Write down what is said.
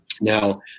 Now